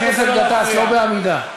חבר הכנסת גטאס, לא בעמידה.